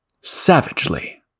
savagely